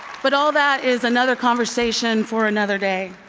but all that is another conversation for another day.